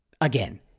Again